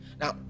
now